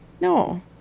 No